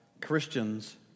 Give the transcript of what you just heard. Christians